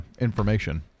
information